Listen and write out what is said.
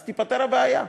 אז תיפתר הבעיה,